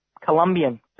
Colombian